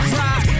rock